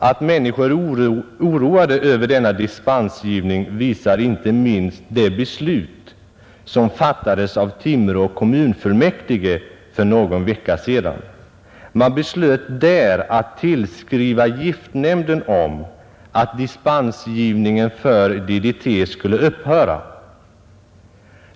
Att människor är oroade över denna dispensgivning visar inte minst det beslut som fattades av Timrå kommunfullmäktige för någon vecka sedan. Man beslöt där att tillskriva giftnämnden om att dispensgivningen för DDT skulle upphöra.